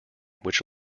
which